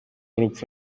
urupfu